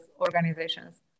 organizations